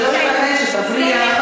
זה לא ייתכן שתפריעי לה,